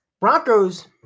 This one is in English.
Broncos